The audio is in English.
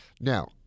Now